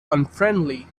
unfriendly